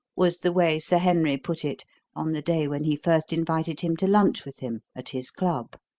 was the way sir henry put it on the day when he first invited him to lunch with him at his club.